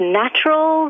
natural